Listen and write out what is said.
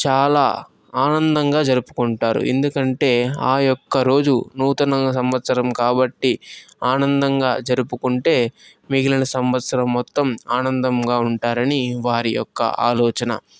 చాలా ఆనందంగా జరుపుకుంటారు ఎందుకంటే ఆ యొక్క రోజు నూతన సంవత్సరం కాబట్టి ఆనందంగా జరుపుకుంటే మిగిలిన సంవత్సరం మొత్తం ఆనందంగా ఉంటారని వారి యొక్క ఆలోచన